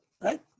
right